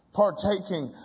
partaking